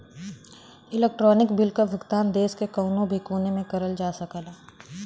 electronic bill क भुगतान देश के कउनो भी कोने से करल जा सकला